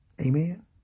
Amen